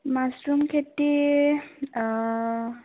mushroom খেতি